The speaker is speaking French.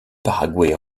paraguay